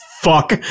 fuck